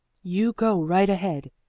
you go right ahead.